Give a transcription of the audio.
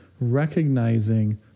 recognizing